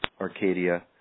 Arcadia